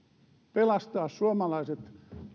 pelastaa suomalaiset